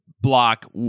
block